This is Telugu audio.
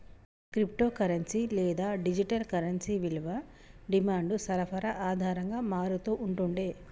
క్రిప్టో కరెన్సీ లేదా డిజిటల్ కరెన్సీ విలువ డిమాండ్, సరఫరా ఆధారంగా మారతూ ఉంటుండే